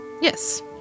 yes